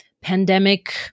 pandemic